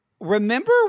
remember